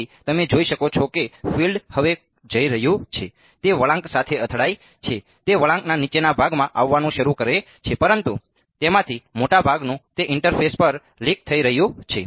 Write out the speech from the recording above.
તેથી તમે જોઈ શકો છો કે ફિલ્ડ્સ હવે જઈ રહ્યું છે તે વળાંક સાથે અથડાય છે અને તે વળાંકના નીચેના ભાગમાં આવવાનું શરૂ કરે છે પરંતુ તેમાંથી મોટા ભાગનું તે ઇન્ટરફેસ પર લીક થઈ રહ્યું છે